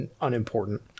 unimportant